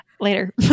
later